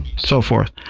so forth.